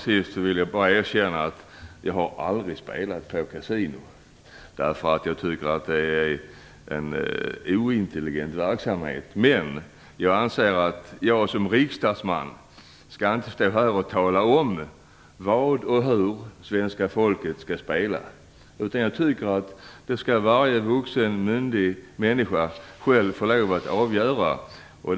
Sedan vill jag bara erkänna att jag aldrig har spelat på kasino. Jag tycker att det är en ointelligent verksamhet. Men jag anser att jag som riksdagsman inte skall stå här och tala om vad och hur svenska folket skall spela. I stället tycker jag att varje vuxen myndig människa själv skall få avgöra det.